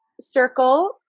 Circle